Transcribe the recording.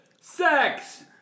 sex